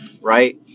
right